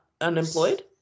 unemployed